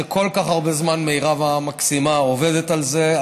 שכל כך הרבה זמן מירב המקסימה עובדת על זה,